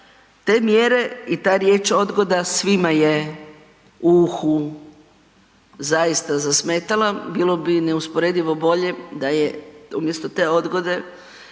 te mjere i ta riječ odgoda svima je u uhu zaista zasmetala. Bilo bi neusporedivo bolje da je umjesto te odgode